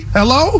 Hello